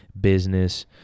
business